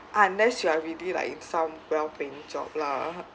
unless you are really like in some well paying job lah